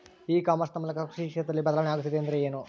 E commerce ನ ಮೂಲಕ ಕೃಷಿ ಕ್ಷೇತ್ರದಲ್ಲಿ ಬದಲಾವಣೆ ಆಗುತ್ತಿದೆ ಎಂದರೆ ಏನು?